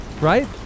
right